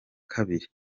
kabiri